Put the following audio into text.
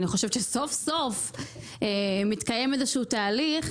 אני חושבת שסוף סוף מתקיים איזשהו תהליך,